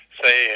say